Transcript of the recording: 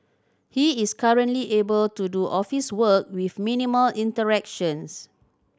he is currently able to do office work with minimal interactions